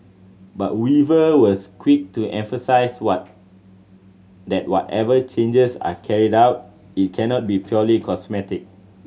but Weaver was quick to emphasise what that whatever changes are carried out it cannot be purely cosmetic